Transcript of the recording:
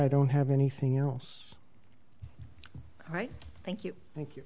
i don't have anything else right thank you thank you